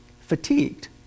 fatigued